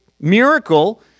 miracle